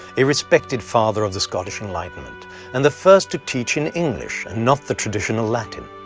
a respected father of the scottish enlightenment and the first to teach in english and not the traditional latin.